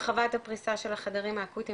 הרחבת הפריסה של החדרים האקוטיים,